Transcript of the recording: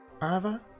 Arva